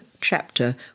chapter